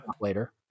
later